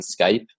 Skype